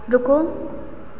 रूको